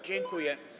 Dziękuję.